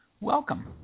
welcome